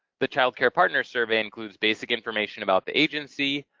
the child care partner survey includes basic information about the agency,